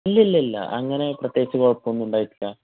ഇല്ല ഇല്ല ഇല്ല അങ്ങനെ പ്രത്യേകിച്ച് കുഴപ്പമൊന്നും ഉണ്ടായിട്ടില്ല